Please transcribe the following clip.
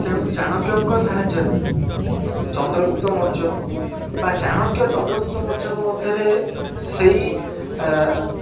ତେଣୁ ଚାଣକ୍ୟଙ୍କ ସାହାଯ୍ୟରେ ଚନ୍ଦ୍ରଗୁପ୍ତ ମୌର୍ଯ୍ୟ ବା ଚାଣକ୍ୟ ଚନ୍ଦ୍ରଗୁପ୍ତ ମୌର୍ଯ୍ୟଙ୍କ ମଧ୍ୟରେ ସେଇ